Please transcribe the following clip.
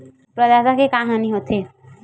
प्रदाता के का हानि हो थे?